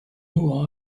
who